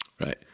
right